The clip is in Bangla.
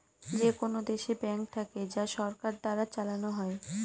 যেকোনো দেশে ব্যাঙ্ক থাকে যা সরকার দ্বারা চালানো হয়